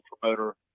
promoter